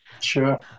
sure